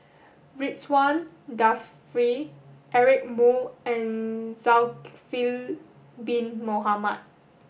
Ridzwan Dzafir Eric Moo and Zulkifli bin Mohamed